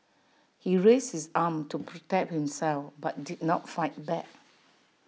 he raises his arm to protect himself but did not fight back